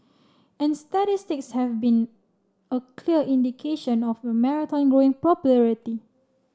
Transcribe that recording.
and statistics have been a clear indication of the marathon growing popularity